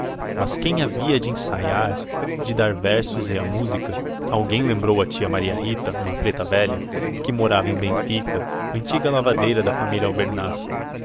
mas quem havia de ensaiar de dar os versos e a música alguém lembrou a tia maria rita uma preta velha que morava em benfica antiga lavadeira da família albernaz lá